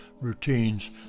routines